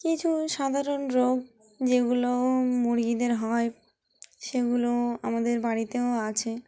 কিছু সাধারণ রোগ যেগুলো মুরগিদের হয় সেগুলো আমাদের বাড়িতেও আছে